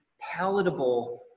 palatable